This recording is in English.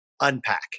unpack